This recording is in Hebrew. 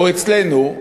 או אצלנו,